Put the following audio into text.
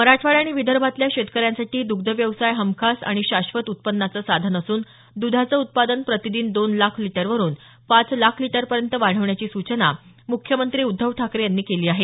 मराठवाडा आणि विदर्भातल्या शेतकऱ्यासाठी दुग्ध व्यवसाय हमखास आणि शाश्वत उत्पन्नाचं साधन असून दुधाचं उत्पादन प्रतीदिन दोन लाख लीटरवरुन पाच लाख लीटरपर्यंत वाढवण्याची सूचना मुख्यमंत्री उद्धव ठाकरे यांनी केली आहेत